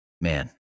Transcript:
man